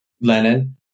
Lennon